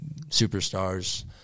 superstars